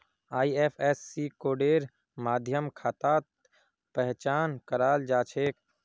IFSC कोडेर माध्यम खातार पहचान कराल जा छेक